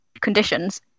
conditions